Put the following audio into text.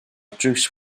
drws